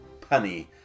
punny